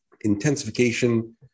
intensification